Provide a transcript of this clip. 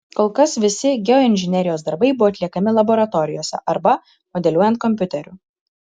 kol kas visi geoinžinerijos darbai buvo atliekami laboratorijose arba modeliuojant kompiuteriu